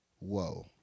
Whoa